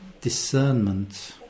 discernment